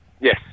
Yes